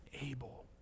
able